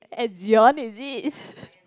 at Zion is it